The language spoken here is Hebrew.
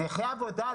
נכה עבודה,